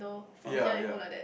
ya ya